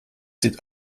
sieht